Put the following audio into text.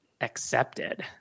accepted